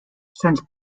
since